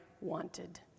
wanted